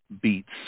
beats